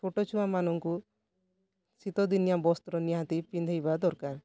ଛୋଟଛୁଆମାନଙ୍କୁ ଶୀତଦିନିଆ ବସ୍ତ୍ର ନିହାତି ପିନ୍ଧେଇବା ଦରକାର